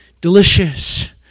delicious